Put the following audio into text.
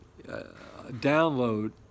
download